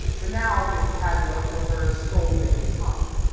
renown'd in padua for her scolding tongue.